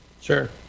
Sure